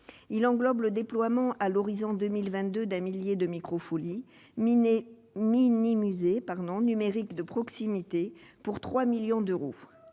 englobe le déploiement, à l'horizon 2022, d'un millier de Micro-folies, mini-musées numériques de proximité, pour 3 millions d'euros.